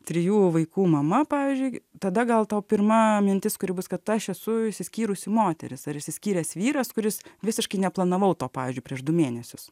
trijų vaikų mama pavyzdžiui tada gal tau pirma mintis kuri bus kad aš esu išsiskyrusi moteris ar išsiskyręs vyras kuris visiškai neplanavau to pavyzdžiui prieš du mėnesius